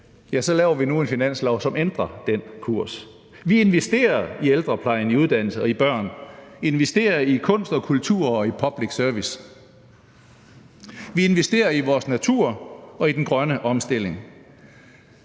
laver vi nu en finanslov, som ændrer den kurs. Vi investerer i ældreplejen, i uddannelse og i børn. Vi investerer i kunst og kultur og i public service. Vi investerer i vores natur og i den grønne omstilling.